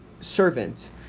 servant